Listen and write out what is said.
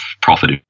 profit